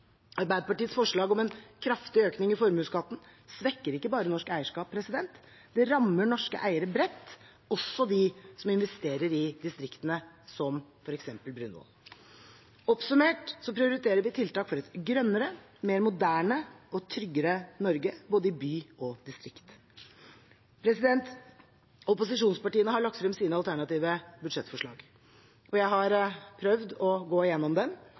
Arbeiderpartiets forslag om en kraftig økning i formuesskatten svekker ikke bare norsk eierskap, det rammer norske eiere bredt, også dem som investerer i distriktene, som f.eks. Brunvoll. Oppsummert prioriterer vi tiltak for et grønnere, mer moderne og tryggere Norge, både i by og distrikt. Opposisjonspartiene har lagt frem sine alternative budsjettforslag. Jeg har prøvd å gå